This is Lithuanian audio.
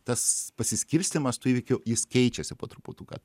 tas pasiskirstymas tų įvykių jis keičiasi po truputuką